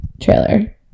trailer